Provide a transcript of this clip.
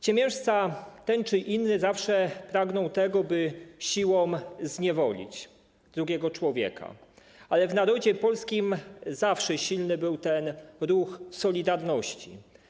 Ciemiężca, ten czy inny, zawsze pragnął tego, by siłą zniewolić drugiego człowieka, ale w narodzie polskim zawsze silny był ten ruch solidarności.